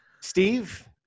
Steve